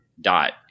dot